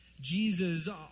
Jesus